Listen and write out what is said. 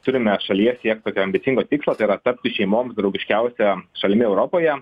turime šalyje siekti gana ambicingo tikslo tai yra tapti šeimoms draugiškiausia šalimi europoje